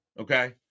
Okay